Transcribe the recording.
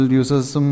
users